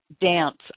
dance